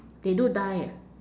they do die ah